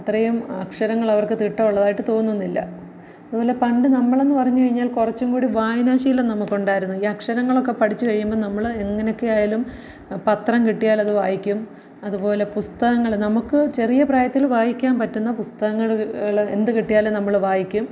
അത്രേയും അക്ഷരങ്ങൾ അവർക്ക് തിട്ടം ഉള്ളതായിട്ട് തോന്നുന്നില്ല അതുപോലെ പണ്ട് നമ്മളെന്ന് പറഞ്ഞ് കഴിഞ്ഞാൽ കുറച്ചും കൂടി വായനാ ശീലം നമുക്കുണ്ടായിരുന്നു ഈ അക്ഷരങ്ങളൊക്കെ പഠിച്ച് കഴിയുമ്പോൾ നമ്മൾ എങ്ങനൊക്കെ ആയാലും പത്രം കിട്ടിയാൽ അത് വായിക്കും അത് പോലെ പുസ്തകങ്ങൾ നമുക്ക് ചെറിയ പ്രായത്തിൽ വായിക്കാൻ പറ്റുന്ന പുസ്തകങ്ങൾ കള് എന്ത് കിട്ടിയാലും നമ്മൾ വായിക്കും